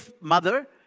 mother